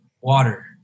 water